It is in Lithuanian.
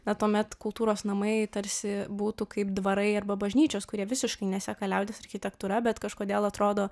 bet tuomet kultūros namai tarsi būtų kaip dvarai arba bažnyčios kurie visiškai neseka liaudies architektūra bet kažkodėl atrodo